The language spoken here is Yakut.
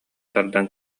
тардан